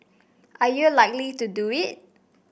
are you likely to do it